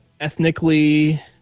ethnically